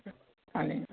आनी